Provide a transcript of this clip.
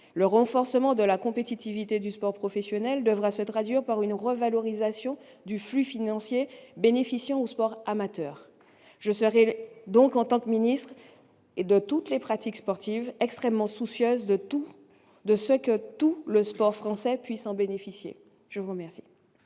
Le renforcement de la compétitivité du sport professionnel devrait se traduire par une revalorisation des flux financiers bénéficiant au sport amateur. En tant que ministre de toutes les pratiques sportives, je serai extrêmement soucieuse de faire en sorte que tout le sport français puisse en bénéficier. La parole